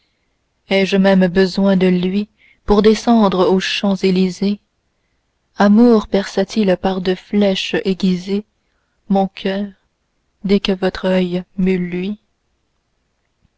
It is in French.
ai-je même besoin de lui pour descendre aux champs-elysées amour perça-t-il pas de flèches aiguisées mon coeur dès que votre oeil m'eût lui